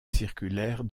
circulaire